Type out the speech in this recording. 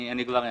אני כבר אענה.